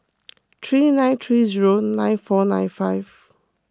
three nine three zero nine four nine five